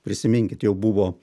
prisiminkit jau buvo